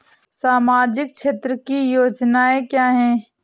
सामाजिक क्षेत्र की योजनाएँ क्या हैं?